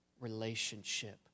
relationship